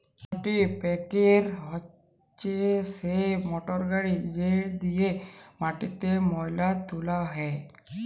কাল্টিপ্যাকের হছে সেই মটরগড়ি যেট দিঁয়ে মাটিতে ময়লা তুলা হ্যয়